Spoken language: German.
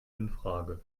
infrage